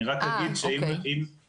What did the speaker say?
אני רק אגיד שהות"ל,